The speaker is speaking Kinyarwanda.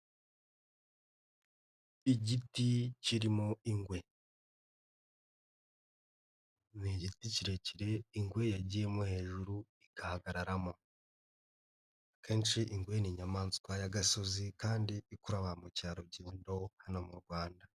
Igiti kirimo ingwe, ni igiti kirekire ingwe yagiyemo hejuru igahagararamo, kenshi ingwe ni inyamanswa y'agasozi kandi ikura ba mukerarugendo hano mu Rwanda.